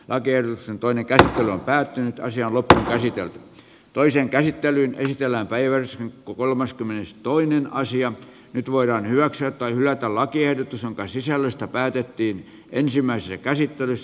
rakennuksen toinen käsittely on päättynyt ja lopen esityön toiseen käsittelyyn esitellään päiväys ku kolmaskymmenestoinen asia nyt voidaan hyväksyä tai hylätä lakiehdotus jonka sisällöstä päätettiin ensimmäisessä käsittelyssä